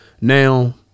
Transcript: now